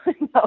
No